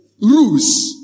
Rules